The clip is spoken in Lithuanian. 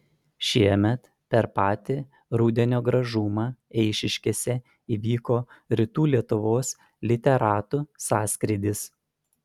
šiemet per patį rudenio gražumą eišiškėse įvyko rytų lietuvos literatų sąskrydis